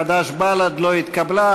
חד"ש ובל"ד לא התקבלה.